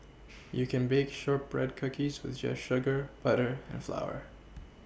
you can bake shortbread cookies with just sugar butter and flour